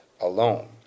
alone